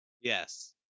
Yes